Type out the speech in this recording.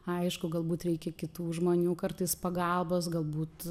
aišku galbūt reikia kitų žmonių kartais pagalbos galbūt